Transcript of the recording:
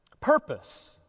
purpose